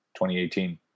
2018